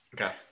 Okay